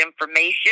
information